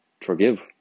forgive